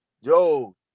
Yo